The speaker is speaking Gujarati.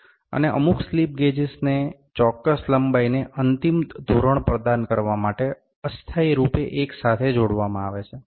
અને અમુક સ્લિપ ગેજ્સને ચોક્કસ લંબાઈને અંતિમ ધોરણ પ્રદાન કરવા માટે અસ્થાયી રૂપે એક સાથે જોડવામાં આવે છે